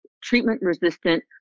treatment-resistant